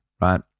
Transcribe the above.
right